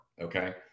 Okay